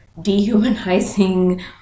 dehumanizing